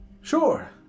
Sure